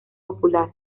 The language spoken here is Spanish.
popular